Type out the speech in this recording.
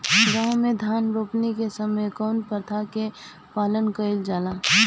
गाँव मे धान रोपनी के समय कउन प्रथा के पालन कइल जाला?